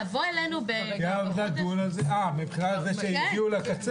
לבוא אלינו --- מהבחינה שהם הגיעו לקצה?